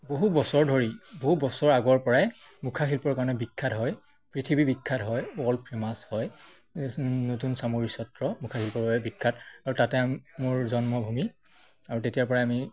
বহু বছৰ ধৰি বহু বছৰৰ আগৰ পৰাই মুখাশিল্পৰ কাৰণে বিখ্যাত হয় পৃথিৱী বিখ্যাত হয় ৱৰ্ল্ড ফেমাছ হয় নতুন চামগুৰি সত্ৰ মুখাশিল্পৰ বাবে বিখ্যাত আৰু তাতে মোৰ জন্মভূমি আৰু তেতিয়াৰপৰাই আমি